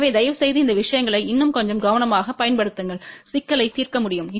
எனவே தயவுசெய்து இந்த விஷயங்களை இன்னும் கொஞ்சம் கவனமாகப் பயன்படுத்துங்கள் சிக்கலை தீர்க்க முடியும்